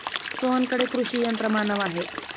सोहनकडे कृषी यंत्रमानव आहे